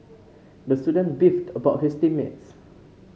the student beefed about his team mates